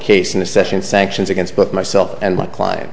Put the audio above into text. case in the session sanctions against but myself and my client